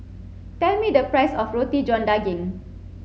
tell me the price of Roti John Daging